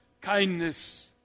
kindness